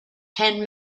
ten